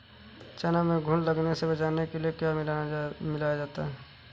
चना में घुन लगने से बचाने के लिए क्या मिलाया जाता है?